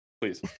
Please